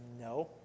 No